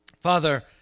Father